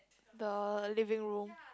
the living room